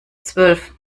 zwölf